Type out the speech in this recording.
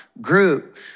group